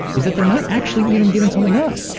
is that they're not actually even giving something up.